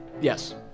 Yes